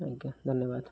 ଆଜ୍ଞା ଧନ୍ୟବାଦ